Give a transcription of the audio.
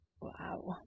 Wow